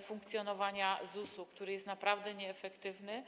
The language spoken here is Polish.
funkcjonowania ZUS-u, który jest naprawdę nieefektywny.